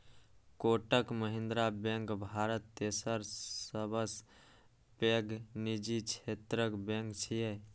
Kotak Mahindra bank Bharat तेसर सबसं पैघ निजी क्षेत्रक बैंक छियै